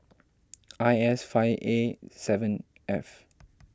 I S five A seven F